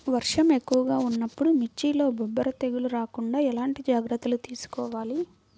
వర్షం ఎక్కువగా ఉన్నప్పుడు మిర్చిలో బొబ్బర తెగులు రాకుండా ఎలాంటి జాగ్రత్తలు తీసుకోవాలి?